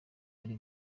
ari